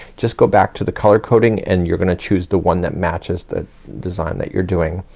just go back to the color coding and you're gonna choose the one that matches the design that you're doing.